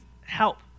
help